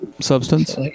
substance